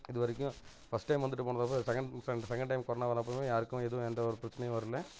இது வரைக்கும் first time வந்துவிட்டு போனதை விட செகண்ட் செகண்ட் டைம் கொரோனா வர்றப்போலா யாருக்கும் எதுவும் எந்த ஒரு பிரச்சனையும் வரல